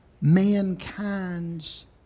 mankind's